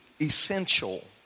essential